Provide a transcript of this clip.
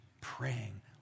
praying